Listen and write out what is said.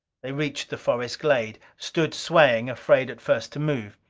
they reached the forest glade. stood swaying, afraid at first to move.